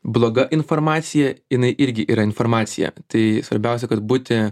bloga informacija jinai irgi yra informacija tai svarbiausia kad būti